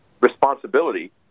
responsibility